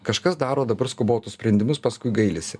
kažkas daro dabar skubotus sprendimus paskui gailisi